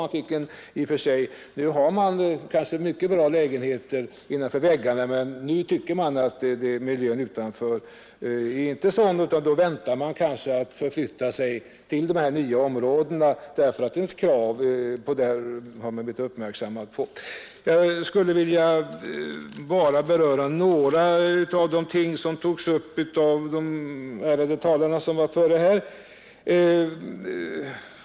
Nu finns det kanske mycket bra lägenheter innanför väggarna, men nu tycker man att miljön utanför inte är så bra, och man väntar kanske med att flytta till dessa nya områden därför att man har blivit uppmärksam på kraven på detta område. Jag skulle bara vilja beröra några av de ting som togs upp av de föregående ärade talarna.